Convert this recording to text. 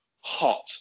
hot